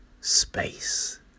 space